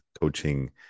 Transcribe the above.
coaching